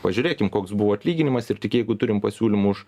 pažiūrėkim koks buvo atlyginimas ir tik jeigu turim pasiūlymų už